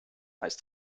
heißt